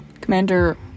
Commander